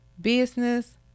business